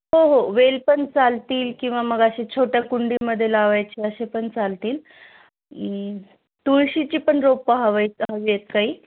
हो हो वेल पण चालतील किंवा मग असे छोट्या कुंडीमध्ये लावायचे असे पण चालतील तुळशीची पण रोपं हवं आहे हवी आहेत काही